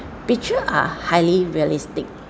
picture are highly realistic